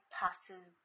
passes